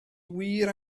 wir